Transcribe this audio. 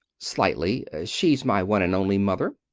slightly. she's my one and only mother.